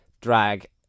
drag